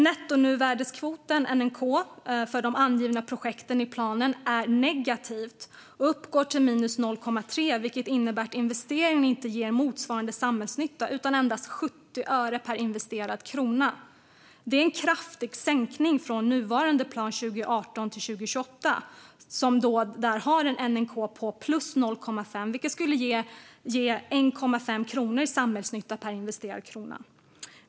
Nettonuvärdeskvoten, NNK, för de angivna projekten i planen är negativ och uppgår till minus 0,3, vilket innebär att investeringen inte ger motsvarande samhällsnytta utan endast 70 öre per investerad krona. Det är en kraftig sänkning från nuvarande plan 2018-2028, där NNK är plus 0,5, vilket skulle ge 1,5 kronor i samhällsnytta per investerad krona.